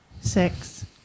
six